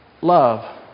love